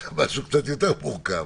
זה משהו קצת יותר מורכב.